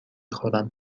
خورم